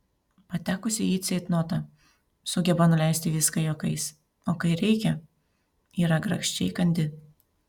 patekusi į ceitnotą sugeba nuleisti viską juokais o kai reikia yra grakščiai kandi